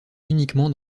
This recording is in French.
uniquement